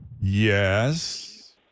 Yes